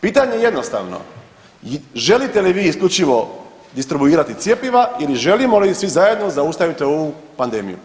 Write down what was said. Pitanje je jednostavno, želite li vi isključivo distribuirati cjepiva ili želimo li svi zajedno zaustaviti ovu pandemiju?